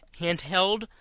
handheld